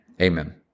Amen